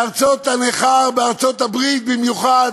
בארצות נכר, בארצות-הברית במיוחד,